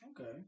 Okay